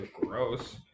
gross